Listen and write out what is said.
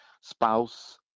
spouse